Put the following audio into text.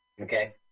Okay